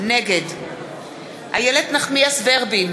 נגד איילת נחמיאס ורבין,